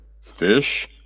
Fish